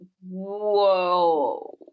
Whoa